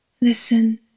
listen